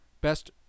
best